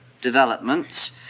developments